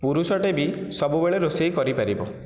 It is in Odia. ପୁରୁଷଟିଏ ବି ସବୁବେଳେ ରୋଷେଇ କରିପାରିବ